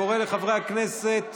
אני קורא לחברי הכנסת